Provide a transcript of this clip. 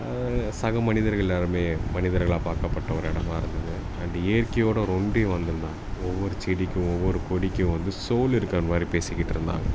அதாவது சக மனிதர்கள் எல்லாேருமே மனிதர்களாக பார்க்கப்பட்ட ஒரு இடமா இருந்தது அண்டு இயற்கையோடு ஒன்றி வந்திருந்தாங்க ஒவ்வொரு செடிக்கும் ஒவ்வொரு கொடிக்கும் வந்து ஸோல் இருக்கிற மாதிரி பேசிக்கிட்டு இருந்தாங்க